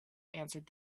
answered